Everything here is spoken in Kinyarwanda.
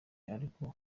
ariko